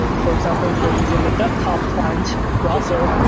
for example, if you're using the desktop client browser,